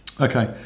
Okay